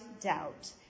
doubt